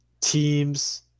teams